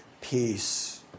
peace